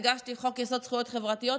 הגשתי חוק-יסוד: זכויות חברתיות,